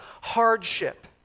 hardship